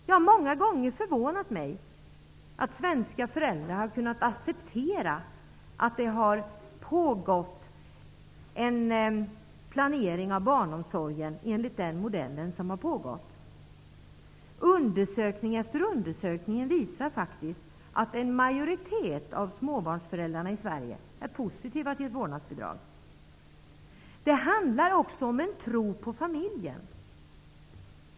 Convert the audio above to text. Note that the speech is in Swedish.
Jag har många gånger förvånat mig över att svenska föräldrar har kunnat acceptera att det har pågått en planering av barnomsorgen enligt den modell som har förelegat. Undersökning efter undersökning visar faktiskt att en majoritet av småbarnsföräldrarna i Sverige är positiva till ett vårdnadsbidrag. Det handlar även om en tro på familjen.